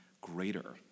greater